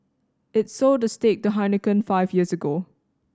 it sold the stake to Heineken five years ago